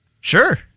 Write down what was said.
Sure